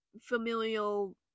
familial